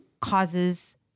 causes